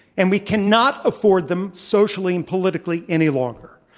and we cannot afford them socially and politically any longer.